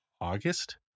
August